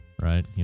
right